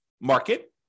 market